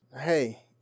hey